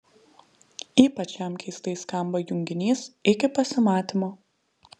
ypač jam keistai skamba junginys iki pasimatymo